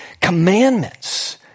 commandments